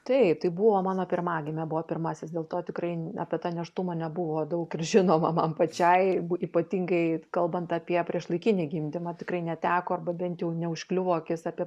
taip tai buvo mano pirmagimė buvo pirmasis dėl to tikrai apie tą nėštumą nebuvo daug ir žinoma man pačiai ypatingai kalbant apie priešlaikinį gimdymą tikrai neteko arba bent jau neužkliuvo akis apie